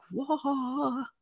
whoa